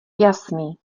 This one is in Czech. jasný